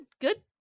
good